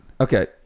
okay